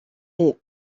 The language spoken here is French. est